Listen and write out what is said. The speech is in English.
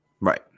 right